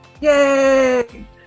Yay